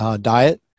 diet